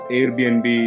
Airbnb